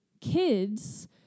kids